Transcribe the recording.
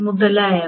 മുതലായവ